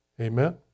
Amen